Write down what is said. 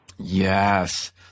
Yes